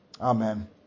Amen